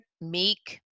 meek